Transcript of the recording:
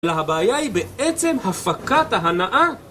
והבעיה היא בעצם הפקת ההנאה